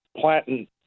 planting